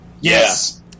Yes